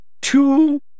two